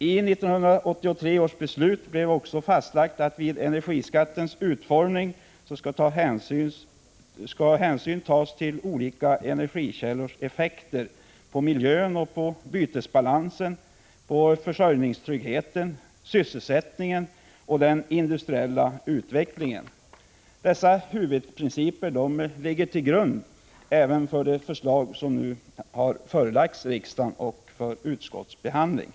I 1983 års beslut blev också fastlagt att man vid energiskattens utformning skall ta hänsyn till olika energikällors effekter på miljön, bytesbalansen, försörjningstryggheten, sysselsättningen och den industriella utvecklingen. Dessa huvudprinciper ligger till grund även för de förslag som nu har förelagts riksdagen liksom för utskottsbehandlingen.